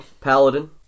paladin